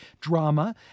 drama